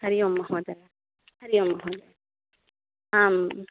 हरि ओम् महोदय हरि ओम् महोदय आम्